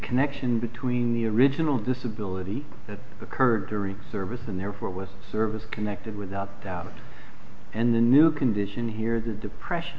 connection between the original disability that occurred during service and therefore with service connected without doubt and the new condition here the depression